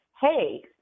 hey